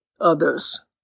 others